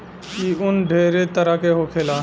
ई उन ढेरे तरह के होखेला